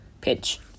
Pitch